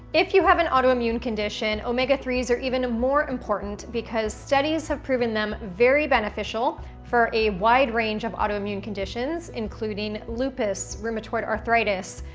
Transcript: if you have an autoimmune condition, omega three s are even more important because studies have proven them very beneficial for a wide range of autoimmune conditions including lupus, rheumatoid arthritis,